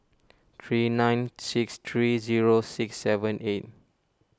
three nine six three zero six seven eight